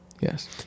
Yes